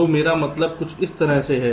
तो मेरा मतलब कुछ इस तरह है